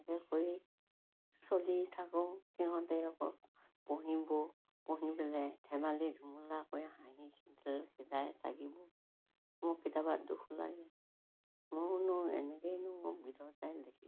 তাকে কৰি চলি থাকোঁ সিহঁতে আকৌ পঢ়িব পঢ়ি পেলাই ধেমালি ধুমুলা কৰি হাঁহি খিকিন্দালি খিদাই থাকিব মোৰ কেতিয়াবা দুখ লাগে মোৰনো এনেকৈনো বিধাতাই লিখিলেনে